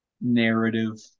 narrative